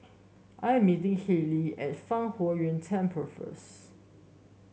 I am meeting Hailey at Fang Huo Yuan Temple first